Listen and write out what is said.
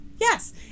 Yes